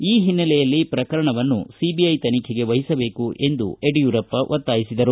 ಈ ಹಿನ್ನೆಲೆಯಲ್ಲಿ ಪ್ರಕರಣವನ್ನು ಸಿಬಿಐ ತನಿಖೆಗೆ ವಹಿಸಬೇಕು ಎಂದು ಒತ್ತಾಯಿಸಿದರು